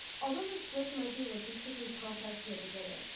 although this switch might be logistically complex in the beginning,